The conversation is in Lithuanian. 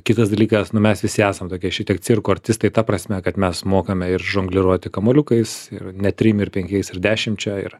kitas dalykas nu mes visi esam tokie šitiek cirko artistai ta prasme kad mes mokame ir žongliruoti kamuoliukais ir ne trim ir penkiais ir dešimčia ir